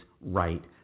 right